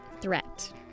threat